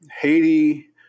Haiti